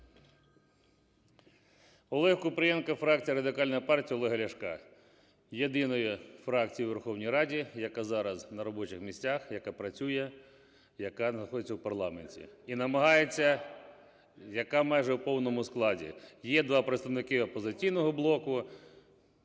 Олег Купрієнко. Фракція Радикальної партії Олега Ляшка – єдина фракція у Верховній Раді, яка зараз на робочих місцях, яка працює, яка знаходиться у парламенті і намагається... яка майже у повному складі. Є 2 представники "Опозиційного блоку",